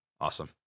Awesome